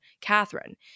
Catherine